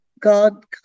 God